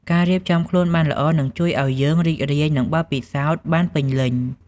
ការរៀបចំខ្លួនបានល្អនឹងជួយឱ្យយើងរីករាយនឹងបទពិសោធន៍បានពេញលេញ។